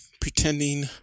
pretending